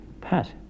Pat